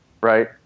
right